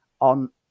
on